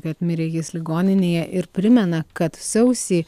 kad mirė jis ligoninėje ir primena kad sausį